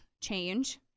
change